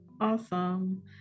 Awesome